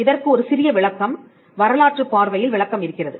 இதற்கு ஒரு சிறிய விளக்கம் வரலாற்று பார்வையில் விளக்கம் இருக்கிறது